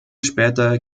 später